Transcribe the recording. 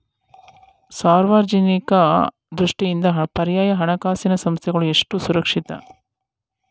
ಸಾಮಾಜಿಕ ದೃಷ್ಟಿಯಿಂದ ಪರ್ಯಾಯ ಹಣಕಾಸು ಸಂಸ್ಥೆಗಳು ಎಷ್ಟು ಸುರಕ್ಷಿತ?